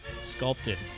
sculpted